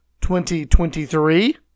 2023